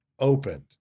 opened